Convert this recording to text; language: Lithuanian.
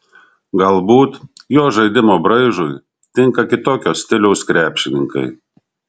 galbūt jo žaidimo braižui tinka kitokio stiliaus krepšininkai